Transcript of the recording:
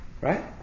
right